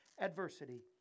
adversity